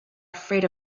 afraid